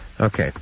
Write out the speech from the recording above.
Okay